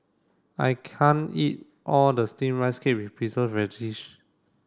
I can't eat all of Steamed Rice Cake with Preserved Radish